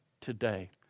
today